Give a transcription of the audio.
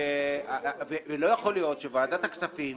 לא יכול להיות שוועדת הכספים,